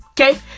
Okay